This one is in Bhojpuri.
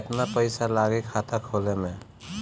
केतना पइसा लागी खाता खोले में?